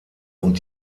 und